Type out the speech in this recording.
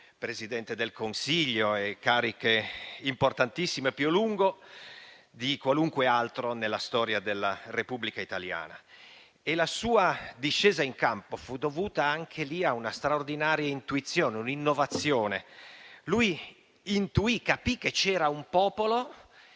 e di vederlo ricoprire cariche importantissime più a lungo di qualunque altro nella storia della Repubblica italiana. La sua discesa in campo fu dovuta a una straordinaria intuizione, a un'innovazione. Egli intuì e capì che c'era un popolo